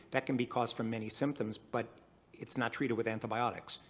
that can be cause for many symptoms, but it's not treated with antibiotics.